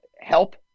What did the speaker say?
help